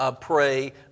pray